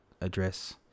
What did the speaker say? address